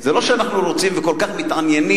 זה לא שאנחנו רוצים וכל כך מתעניינים,